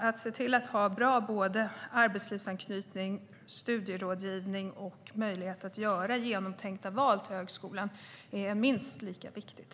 Att ha bra arbetslivsanknytning, studierådgivning och möjlighet att göra genomtänkta val till högskolan är minst lika viktigt.